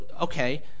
okay